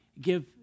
give